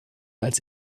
als